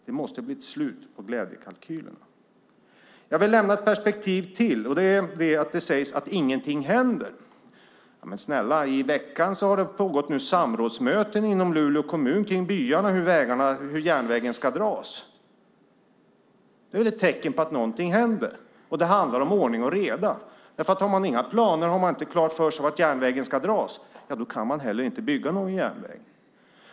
Det måste bli ett slut på glädjekalkylerna. Jag vill lämna ett perspektiv till. Det sägs att ingenting händer. Ja, men snälla nån, i veckan har det pågått samrådsmöten i Luleå kommun kring byarna om hur järnvägen ska dras. Det är väl ett tecken på att någonting händer. Det handlar om ordning och reda. För har man inga planer och har man inte klart för sig var järnvägen ska dras kan man inte heller bygga någon järnväg.